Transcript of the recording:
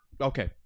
Okay